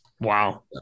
Wow